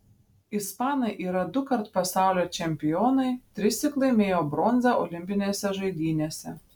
ispanai yra dukart pasaulio čempionai trissyk laimėjo bronzą olimpinėse žaidynėse